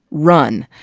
run.